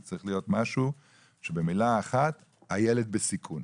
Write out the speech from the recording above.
זה צריך להיות משהו שבמילה אחת, הילד בסיכון.